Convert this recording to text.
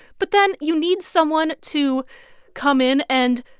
but then, you need someone to come in and